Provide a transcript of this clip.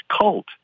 cult